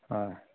হয়